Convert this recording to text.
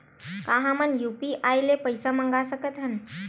का हमन ह यू.पी.आई ले पईसा मंगा सकत हन?